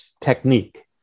technique